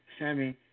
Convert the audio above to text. Sammy